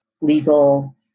legal